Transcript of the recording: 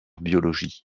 biologie